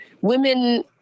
women